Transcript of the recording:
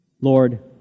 Lord